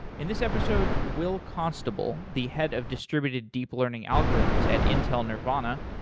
in this episode, wil constable, the head of distributed deep learning algorithms at intel nervana,